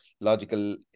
logical